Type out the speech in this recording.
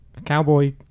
cowboy